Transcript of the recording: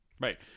right